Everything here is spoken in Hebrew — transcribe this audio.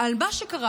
למה שקרה,